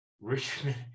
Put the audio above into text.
Richmond